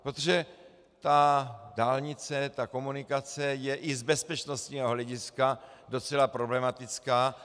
Protože ta dálnice, komunikace je i z bezpečnostního hlediska docela problematická.